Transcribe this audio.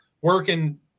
working